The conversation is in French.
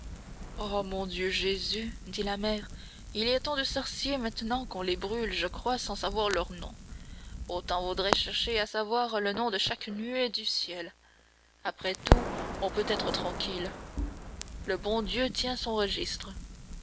oh mon dieu jésus dit la mère il y a tant de sorciers maintenant qu'on les brûle je crois sans savoir leurs noms autant vaudrait chercher à savoir le nom de chaque nuée du ciel après tout on peut être tranquille le bon dieu tient son registre